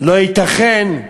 לא ייתכן,